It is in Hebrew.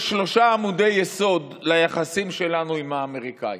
יש שלושה עמודי יסוד ליחסים שלנו עם האמריקאים: